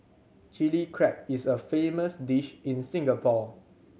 Chilli Crab is a famous dish in Singapore